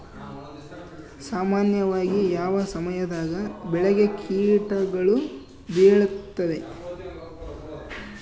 ಸಾಮಾನ್ಯವಾಗಿ ಯಾವ ಸಮಯದಾಗ ಬೆಳೆಗೆ ಕೇಟಗಳು ಬೇಳುತ್ತವೆ?